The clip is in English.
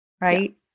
right